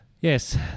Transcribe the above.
yes